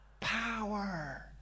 power